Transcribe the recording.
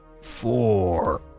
four